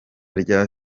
rya